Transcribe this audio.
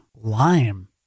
Lime